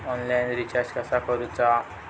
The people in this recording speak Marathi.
ऑनलाइन रिचार्ज कसा करूचा?